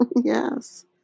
Yes